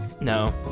No